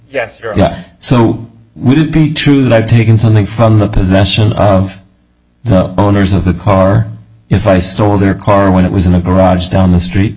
no so would it be true that i'd taken something from the possession of the owners of the car if i stole their car when it was in a garage down the street